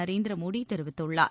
நரேந்திர மோடி தெரிவித்துள்ளார்